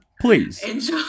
please